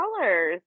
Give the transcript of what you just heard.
colors